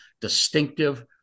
distinctive